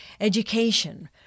education